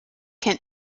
can